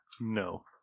No